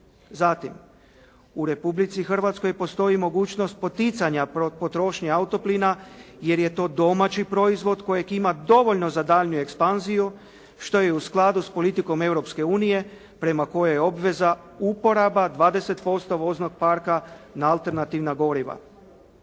Zatim, u Republici Hrvatskoj postoji mogućnost poticanja potrošnje autoplina jer je to domaći proizvod kojeg ima dovoljno za daljnju ekspanziju što je u skladu s politikom Europske unije prema kojoj je obveza uporaba 20% voznog parka na alternativna goriva.